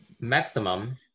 maximum